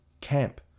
camp